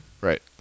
Right